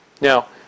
Now